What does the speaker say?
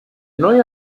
neue